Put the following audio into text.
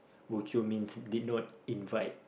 bo jio means did not invite